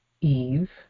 Eve